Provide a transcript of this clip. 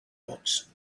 books